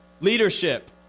Leadership